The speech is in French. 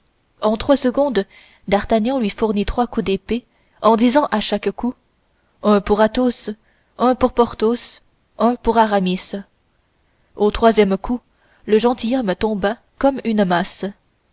en trois secondes d'artagnan lui fournit trois coups d'épée en disant à chaque coup un pour athos un pour porthos un pour aramis au troisième coup le gentilhomme tomba comme une masse